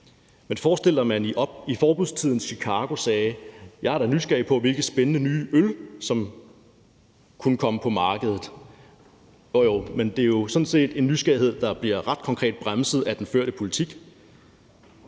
Men forestillede man sig, at man i forbudstidens Chicago sagde: Jeg er da nysgerrig på, hvilke spændende nye øl der kunne komme på markedet. Jo jo, men det er jo sådan set en nysgerrighed, der bliver ret konkret bremset af den førte politik.